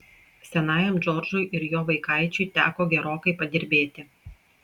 senajam džordžui ir jo vaikaičiui teko gerokai padirbėti